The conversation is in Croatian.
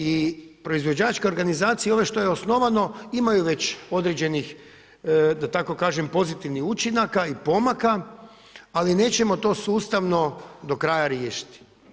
I proizvođačka organizacija i ova što je osnovano imaju već određenih da tako kažem pozitivnih učinaka i pomaka, ali nećemo to sustavno do kraja riješiti.